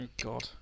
God